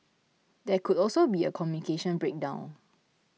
there could also be a communication breakdown